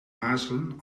aarzelen